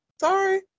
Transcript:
Sorry